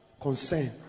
concern